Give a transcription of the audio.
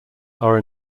are